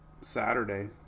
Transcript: Saturday